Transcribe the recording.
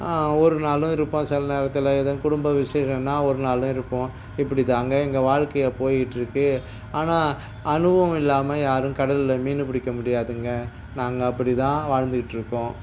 ஒரு நாளும் இருப்போம் சில நேரத்தில் எதும் குடும்ப விசேஷன்னா ஒரு நாளும் இருப்போம் இப்படி தாங்க எங்கள் வாழ்க்கையை போயிகிட்ருக்கு ஆனால் அனுபவம் இல்லாமல் யாரும் கடல்ல மீன் பிடிக்க முடியாதுங்க நாங்கள் அப்படி தான் வாழ்ந்துகிட்ருக்கோம்